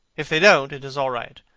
if they don't, it is all right.